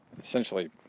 essentially